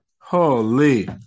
holy